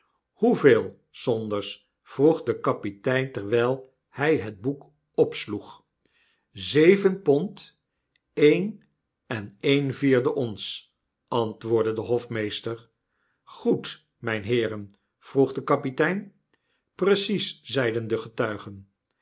hoeveel saunders vroeg de kapitein terwijl hy het boek opsloeg zeven pond een en een vierde ons antwoordde de hofmeester goed mynheeren vroeg de kapitein precies zeiden de getuigen